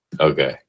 Okay